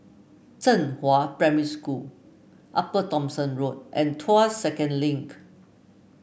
Zhenghua Primary School Upper Thomson Road and Tuas Second Link